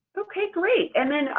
okay, great. and then